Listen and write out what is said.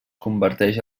converteix